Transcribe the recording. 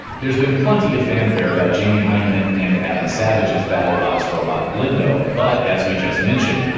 there's been plenty of fanfare about jamie hyneman and adam savage's battlebots robot blendo, but as we just mentioned,